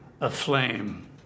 aflame